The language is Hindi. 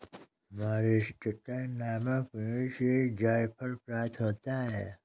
मीरीस्टिकर नामक पेड़ से जायफल प्राप्त होता है